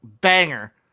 banger